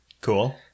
Cool